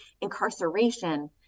incarceration